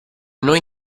noi